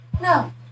No